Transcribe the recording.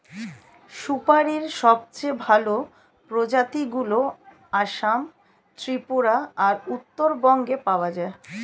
সুপারীর সবচেয়ে ভালো প্রজাতিগুলো আসাম, ত্রিপুরা আর উত্তরবঙ্গে পাওয়া যায়